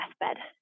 deathbed